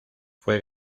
fue